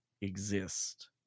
exist